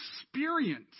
experience